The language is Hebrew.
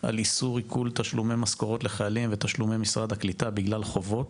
על איסור עיקול תשלומי משכורות לחיילים ותשלומי משרד הקליטה בגלל חובות.